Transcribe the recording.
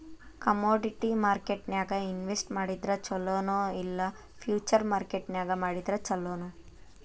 Commodity ಮಾರ್ಕೆಟ್ನ್ಯಾಗ್ invest ಮಾಡಿದ್ರ ಛೊಲೊ ನೊ ಇಲ್ಲಾ ಫ್ಯುಚರ್ ಮಾರ್ಕೆಟ್ ನ್ಯಾಗ್ ಮಾಡಿದ್ರ ಛಲೊನೊ?